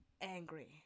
angry